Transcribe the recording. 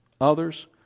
others